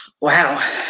Wow